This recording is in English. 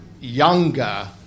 younger